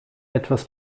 etwas